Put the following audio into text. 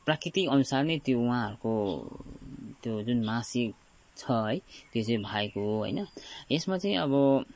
प्राकृति अनुसार नै त्यो उहाँहरूको त्यो जुन मासिक छ है त्यो चाहिँ भएको हो होइन यसमा चाहिँ अब